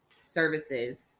services